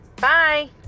Bye